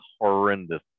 horrendous